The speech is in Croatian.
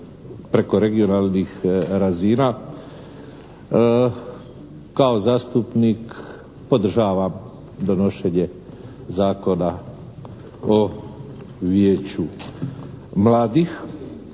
preko regionalnih razina kao zastupnik podržavam donošenje Zakona o vijeću mladih